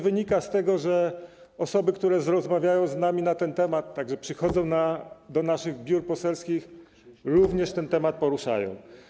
Wynika to z tego, że osoby, które rozmawiają z nami na ten temat, przychodzą do naszych biur poselskich, również ten temat poruszają.